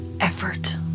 Effort